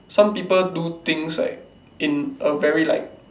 some people do things like in a very like